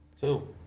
Two